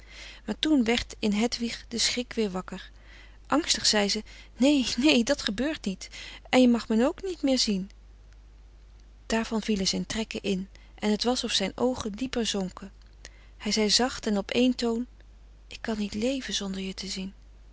maar toen werd in hedwig de schrik weer wakker angstig zei ze nee nee dat gebeurt niet en je mag me n ook niet meer zien daarvan vielen zijn trekken in en t was of zijn oogen dieper zonken hij zei zacht en op één toon ik kan niet leven zonder je te zien